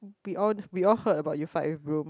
we all we all heard about your fight with Rome